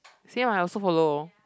same I also follow